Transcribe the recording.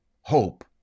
hope